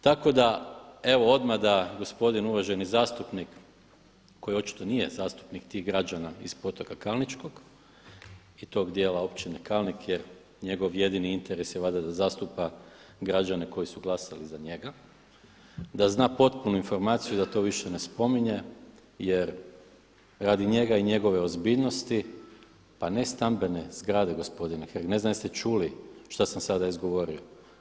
Tako da evo odmah da gospodin uvaženi zastupnik koji očito nije zastupnik tih građana iz Potoka Kalničkog i tog dijela Općine Kalnik je njegov jedini interes je valjda da zastupa građane koji su glasali za njega, da zna potpunu informaciju da to više ne spominje jer radi njega i njegove ozbiljnosti, pa ne stambene zgrade gospodine Hrg, ne znam jeste čuli šta sam sada izgovorio.